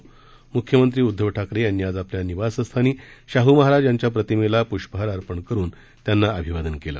म्ख्यमंत्री उद्धव ठाकरे यांनी आज आपल्या निवासस्थानी शाह महाराज यांच्या प्रतिमेला पृष्पहार अर्पण करून त्यांना अभिवादन केलं